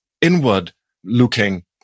inward-looking